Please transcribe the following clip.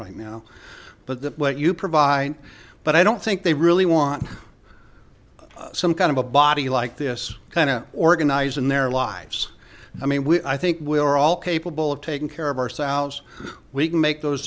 right now but that what you provide but i don't think they really want some kind of a body like this kind of organized in their lives i mean we i think we are all capable of taking care of ourselves we can make those